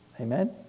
Amen